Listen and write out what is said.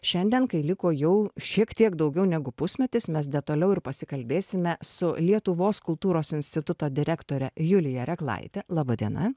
šiandien kai liko jau šiek tiek daugiau negu pusmetis mes detaliau ir pasikalbėsime su lietuvos kultūros instituto direktore julija reklaite laba diena